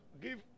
Give